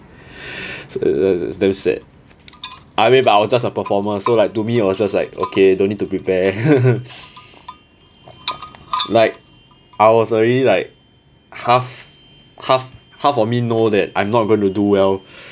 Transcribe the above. damn sad I mean but I am just a performer so like to me it was just like okay don't need to prepare like I was already like half half half of me know that I'm not going to do well